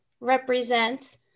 represents